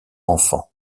enfants